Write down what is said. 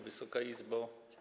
Wysoka Izbo!